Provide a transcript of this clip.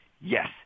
Yes